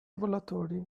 volatori